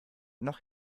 noch